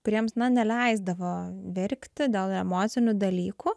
kuriems na neleisdavo verkti dėl emocinių dalykų